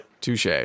Touche